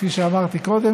כפי שאמרתי קודם,